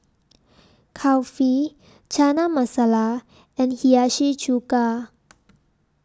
Kulfi Chana Masala and Hiyashi Chuka